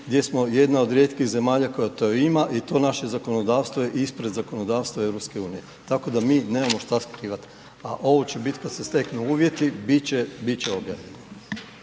gdje smo jedna od rijetkih zemalja koja to to ima i to naše zakonodavstvo je ispred zakonodavstva ispred EU. Tako da mi nemamo šta skrivati. A ovo će biti kad se steknu uvjeti, bit će, bit će objavljeno.